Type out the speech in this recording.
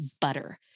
butter